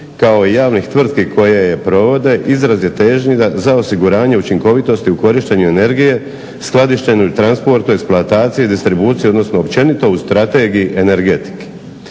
kao javnih tvrtki koje je provode izraz je težnji za osiguranje učinkovitosti u korištenju energije, skladištenju, transportu, eksploataciji, distribuciji odnosno općenito u strategiji energetike.